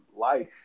life